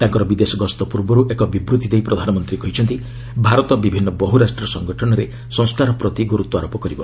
ତାଙ୍କର ବିଦେଶ ଗସ୍ତ ପୂର୍ବର୍ ଏକ ବିବୃଭି ଦେଇ ପ୍ରଧାନମନ୍ତ୍ରୀ କହିଛନ୍ତି ଭାରତ ବିଭିନ୍ନ ବହ୍ରରାଷ୍ଟ୍ରୀୟ ସଙ୍ଗଠନରେ ସଂସ୍କାର ପ୍ରତି ଗୁରୁତ୍ୱ ଆରୋପ କରିବ